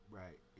right